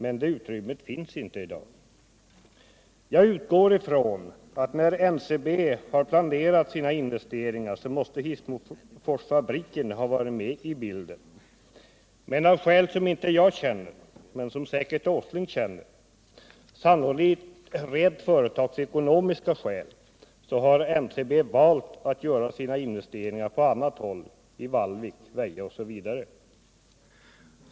Men det utrymmet finns inte i dag. Jag utgår från att när NCB har planerat sina investeringar måste Hissmoforsfabriken ha varit med i bilden. Men av skäl som inte jag känner men som säkert Nils Åsling känner, sannolikt rent företagsekonomiska skäl, 127 har NCB valt att göra sina investeringar på annat håll — i Vallvik, Väja osv.